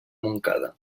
montcada